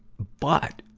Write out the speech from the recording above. but,